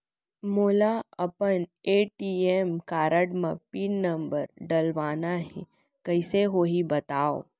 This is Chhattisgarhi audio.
मोला अपन ए.टी.एम कारड म पिन नंबर डलवाना हे कइसे होही बतावव?